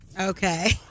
okay